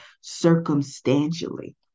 circumstantially